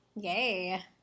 Yay